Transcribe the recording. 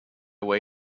way